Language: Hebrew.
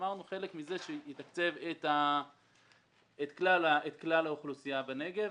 שמרנו חלק מזה שיתקצב את כלל האוכלוסייה בנגב,